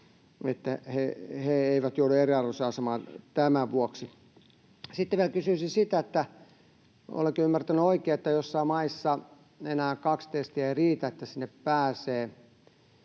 he eivät joudu eriarvoiseen asemaan tämän vuoksi. Sitten vielä kysyisin: Olenko ymmärtänyt oikein, että joissain maissa enää kaksi rokotetta ei riitä, että sinne pääsee